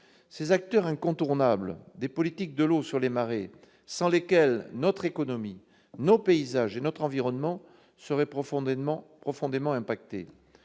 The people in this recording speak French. d'acteurs incontournables des politiques de l'eau dans les marais. Sans eux, notre économie, nos paysages et notre environnement seraient profondément altérés.